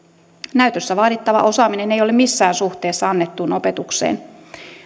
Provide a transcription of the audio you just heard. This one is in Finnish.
näytössä vaadittava osaaminen ei ole missään suhteessa annettuun opetukseen